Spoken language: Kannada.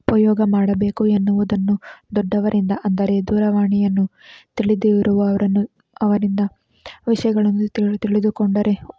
ಉಪಯೋಗ ಮಾಡಬೇಕು ಎನ್ನುವುದನ್ನು ದೊಡ್ಡವರಿಂದ ಅಂದರೆ ದೂರವಾಣಿಯನ್ನು ತಿಳಿದಿರುವವರನ್ನು ಅವರಿಂದ ವಿಷಯಗಳನ್ನು ತಿಳಿ ತಿಳಿದುಕೊಂಡರೆ